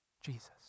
Jesus